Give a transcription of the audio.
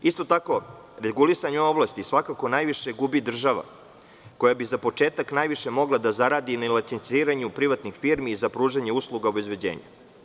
Isto tako regulisanjem ove oblasti, svakako najviše gubi država, koja bi za početak najviše mogla da zaradi nelicenciranju privatnih firmi za pružanje usluga obezbeđenja.